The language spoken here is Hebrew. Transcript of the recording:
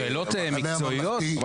שאלות מקצועיות?